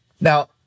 Now